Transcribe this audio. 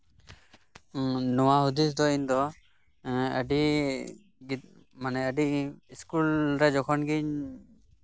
ᱱᱚᱣᱟ ᱦᱩᱫᱤᱥ ᱫᱚ ᱤᱧ ᱫᱚ ᱟᱹᱰᱤ ᱢᱟᱱᱮ ᱥᱠᱩᱞᱨᱮ ᱡᱚᱠᱷᱚᱱᱤᱧ